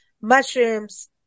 mushrooms